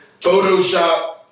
Photoshop